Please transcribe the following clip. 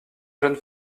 jeunes